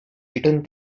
return